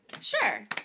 Sure